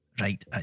right